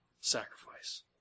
sacrifice